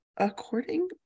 According